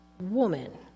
Woman